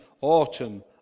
autumn